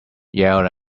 yell